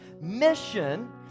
mission